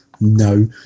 No